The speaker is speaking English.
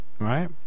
Right